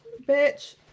Bitch